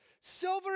silver